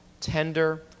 tender